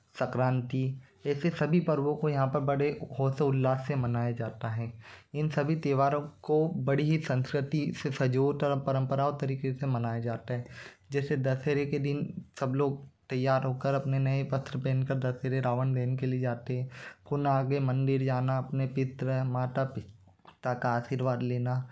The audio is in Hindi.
संक्रांति ऐसे सभी पर्वों को यहाँ पर बड़े हर्ष व उल्लास से मनाया जाता है इन सभी त्यौहारों को बड़ी ही संस्कृति से सजो तरम परम्पराओं तरीक़े से मनाया जाता है जैसे दशहरा के दिन सब लोग तैयार हो कर अपने नए वस्त्र पहन कर दशहरे रावन दहन के लिए जाते हैं खुना के मंदिर जाना अपने पित्र माता पिता का आशीर्वाद लेना